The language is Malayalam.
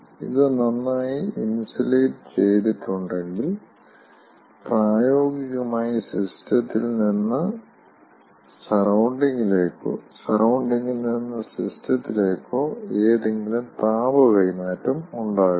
ഇത് നന്നായി ഇൻസുലേറ്റ് ചെയ്തിട്ടുണ്ടെങ്കിൽ പ്രായോഗികമായി സിസ്റ്റത്തിൽ നിന്ന് സറൌണ്ടിങ്ങിലേക്കോ സറൌണ്ടിങിൽ നിന്ന് സിസ്റ്റത്തിലേക്ക് ഏതെങ്കിലും താപ കൈമാറ്റം ഉണ്ടാകില്ല